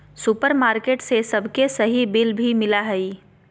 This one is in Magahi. सुपरमार्केट से सबके सही बिल भी मिला हइ